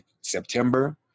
September